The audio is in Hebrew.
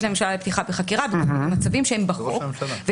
לממשלה לפתיחה בחקירה במצבים שהם בחוק.